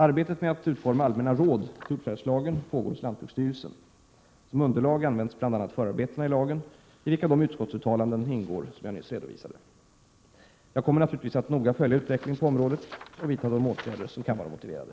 Arbetet med att utforma allmänna råd till jordförvärvslagen pågår hos lantbruksstyrelsen. Som underlag används bl.a. förarbetena till lagen, i vilka de utskottsuttalanden ingår som jag nyss redovisade. Jag kommer naturligtvis att noga följa utvecklingen på området och vidta de åtgärder som kan vara motiverade.